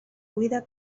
buida